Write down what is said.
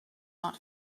not